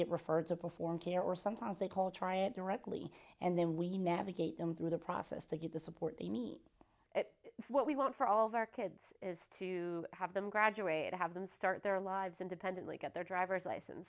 get referred to perform care or sometimes they call triage directly and then we navigate them through the process to get the support they meet what we want for all of our kids is to have them graduate have them start their lives independently get their driver's license